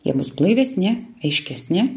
jie bus blaivesni aiškesni